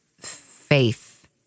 faith